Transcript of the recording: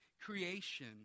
creation